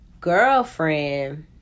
girlfriend